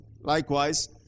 Likewise